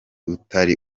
utari